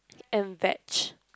and veg